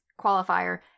qualifier